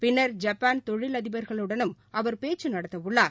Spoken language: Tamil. பின்னர் ஜப்பான் தொழிலதிபர்களுடனும் அவர் பேச்சுநடத்தவுள்ளார்